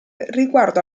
riguardo